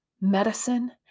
medicine